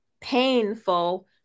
painful